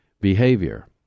behavior